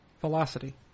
velocity